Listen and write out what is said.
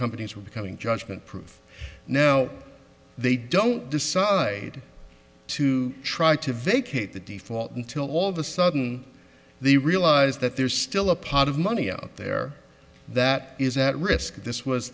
companies were becoming judgment proof now they don't decide to try to vacate the default until all of a sudden they realize that there's still a pot of money out there that is at risk this was